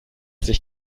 sich